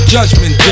Judgment